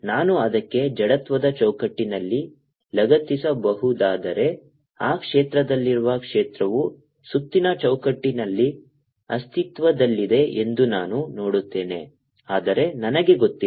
ನಾನು ಅದಕ್ಕೆ ಜಡತ್ವದ ಚೌಕಟ್ಟಿನಲ್ಲಿ ಲಗತ್ತಿಸಬಹುದಾದರೆ ಆ ಕ್ಷೇತ್ರದಲ್ಲಿರುವ ಕ್ಷೇತ್ರವು ಸುತ್ತಿನ ಚೌಕಟ್ಟಿನಲ್ಲಿ ಅಸ್ತಿತ್ವದಲ್ಲಿದೆ ಎಂದು ನಾನು ನೋಡುತ್ತೇನೆ ಆದರೆ ನನಗೆ ಗೊತ್ತಿಲ್ಲ